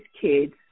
kids